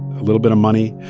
a little bit of money